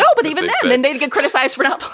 so but even then then they get criticized for it um